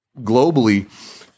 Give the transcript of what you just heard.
globally